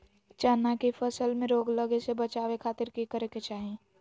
चना की फसल में रोग लगे से बचावे खातिर की करे के चाही?